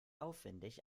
aufwendig